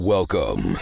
Welcome